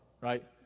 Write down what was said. right